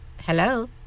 Hello